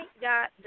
got